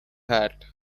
hat